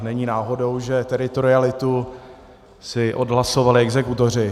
Není náhodou, že teritorialitu si odhlasovali exekutoři.